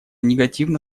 негативно